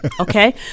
okay